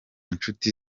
nshuti